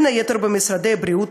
בין היתר במשרדי הבריאות,